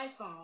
iPhone